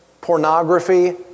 pornography